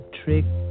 trick